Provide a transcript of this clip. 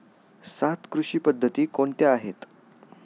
सात कृषी पद्धती कोणत्या आहेत?